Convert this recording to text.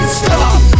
stop